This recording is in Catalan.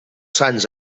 sants